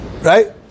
Right